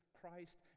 Christ